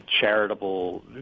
charitable